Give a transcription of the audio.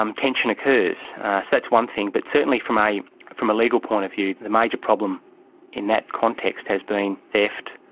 um tension occurs. so that's one thing. but certainly from a from a legal point of view the major problem in that context has been theft,